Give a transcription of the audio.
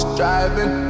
driving